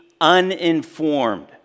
uninformed